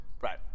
Right